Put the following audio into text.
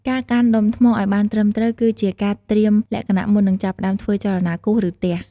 ការកាន់ដុំថ្មឲ្យបានត្រឹមត្រូវ គឺជាការត្រៀមលក្ខណៈមុននឹងចាប់ផ្តើមធ្វើចលនាគោះ ឬទះ។